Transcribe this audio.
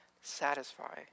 satisfy